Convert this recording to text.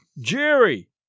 Jerry